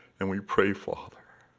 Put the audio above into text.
and we pray, father,